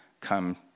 come